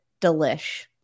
delish